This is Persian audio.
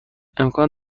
امکان